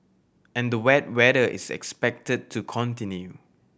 and the wet weather is expected to continue